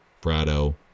Prado